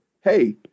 hey